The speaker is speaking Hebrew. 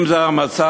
אם זה המצב,